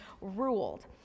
ruled